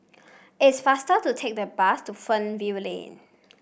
it's faster to take the bus to Fernvale Lane